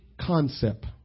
concept